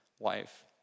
life